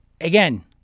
again